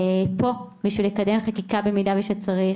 פה בשביל לקדם חקיקה במידה וצריך,